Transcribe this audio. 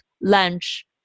lunch